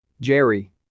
Jerry